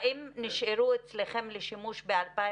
האם נשארו אצלכם לשימוש ב-2020?